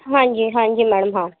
ہاں جی ہاں جی میڈم ہاں